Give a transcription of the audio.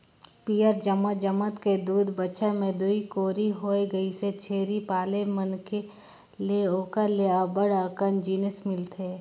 पियंर जमत जमत के दू बच्छर में दूई कोरी होय गइसे, छेरी पाले ले मनखे ल ओखर ले अब्ब्ड़ अकन जिनिस मिलथे